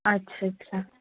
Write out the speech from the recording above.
अच्छा अच्छा अच्छा